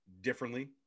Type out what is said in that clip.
differently